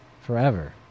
forever